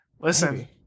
listen